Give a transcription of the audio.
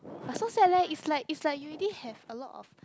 but so sad leh is like is like you already have a lot of